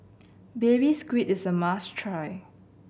Baby Squid is a must try